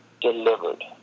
delivered